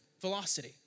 velocity